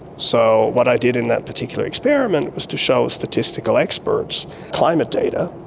so what i did in that particular experiment was to show statistical experts climate data,